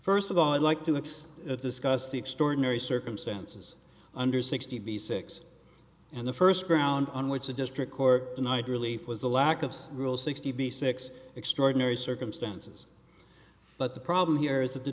first of all i'd like to looks at discuss the extraordinary circumstances under sixty six and the first ground on which the district court denied relief was the lack of rule sixty six extraordinary circumstances but the problem here is that the